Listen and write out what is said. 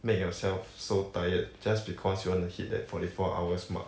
make yourself so tired just because you want to hit that forty four hours mark